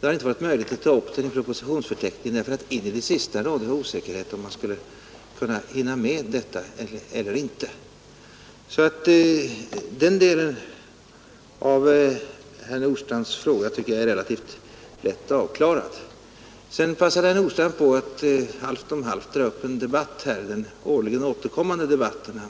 Det har inte varit möjligt att ta upp den i propositionsförteckningen därför att det in i det sista har rått osäkerhet om huruvida man skulle hinna med att framlägga propositionen eller inte. Så den delen av herr Nordstrandhs fråga är relativt lätt avklarad. Herr Nordstrandh passade på att halvt om halvt dra upp den nästan årligen återkommande debatten